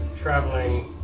traveling